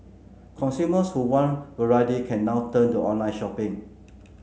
consumers who want variety can now turn to online shopping